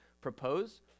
propose